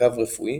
מעקב רפואי